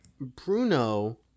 Bruno